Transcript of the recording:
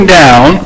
down